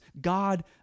God